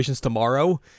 tomorrow